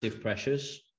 pressures